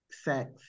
sex